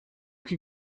can